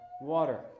water